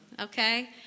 Okay